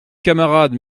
camarade